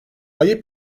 ayı